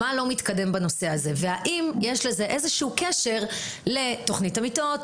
מה לא מתקדם בנושא הזה והאם יש לזה איזשהו קשר לתכנית המיטות,